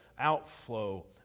Outflow